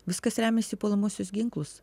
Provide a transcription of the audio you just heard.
viskas remiasi į puolamuosius ginklus